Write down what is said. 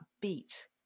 beat